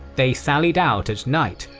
they sallied out at night,